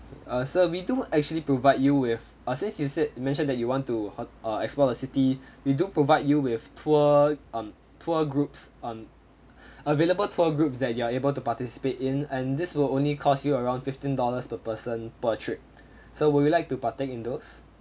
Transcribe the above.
uh sir we do actually provide you with uh since you said you mentioned that you want to hot~ uh explore the city we do provide you with tour um tour groups um available tour groups that you are able to participate in and this will only cost you around fifteen dollars per person per trip so would you like to partake in those